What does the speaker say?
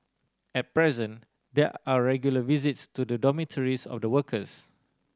at present there are regular visits to the dormitories of the workers